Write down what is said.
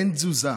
אין תזוזה,